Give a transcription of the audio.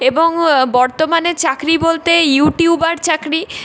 এবং বর্তমানে চাকরি বলতে ইউটিউবার চাকরি